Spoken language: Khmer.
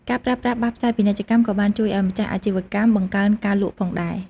ការប្រើប្រាស់បាសផ្សាយពាណិជ្ជកម្មក៏បានជួយឱ្យម្ចាស់អាជីវកម្មបង្កើនការលក់ផងដែរ។